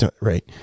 Right